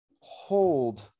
hold